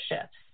shifts